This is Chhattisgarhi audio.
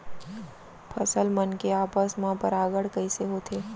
फसल मन के आपस मा परागण कइसे होथे?